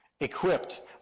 equipped